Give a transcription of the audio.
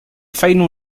final